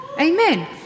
Amen